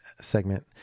segment